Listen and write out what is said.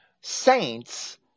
saints